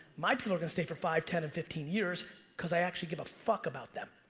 my people are gonna stay for five, ten, and fifteen years cause i actually give a fuck about them.